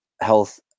health